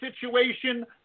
situation